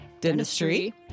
Dentistry